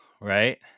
right